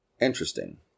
Interesting